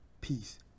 Peace